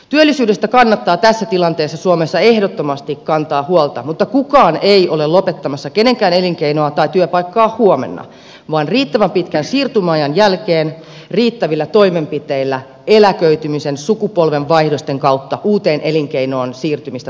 työllisyydestä kannattaa tässä tilanteessa suomessa ehdottomasti kantaa huolta mutta kukaan ei ole lopettamassa kenenkään elinkeinoa tai työpaikkaa huomenna vaan riittävän pitkän siirtymäajan jälkeen riittävillä toimenpiteillä eläköitymisen sukupolvenvaihdosten kautta uuteen elinkeinoon siirtymistä tukemalla